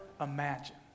imagine